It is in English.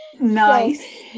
nice